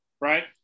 Right